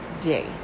day